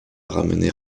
ramener